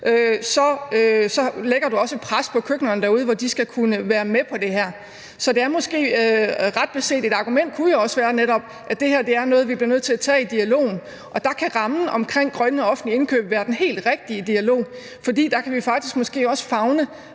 så lægger du også et pres på køkkenerne derude, med hensyn til at de skal kunne være med på det her. Ret beset kunne et argument jo også være, at det her netop er noget, vi bliver nødt til at tage i dialogen. Og der kan rammen omkring grønne offentlige indkøb være den helt rigtige dialog – for der kan vi måske faktisk også favne